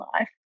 life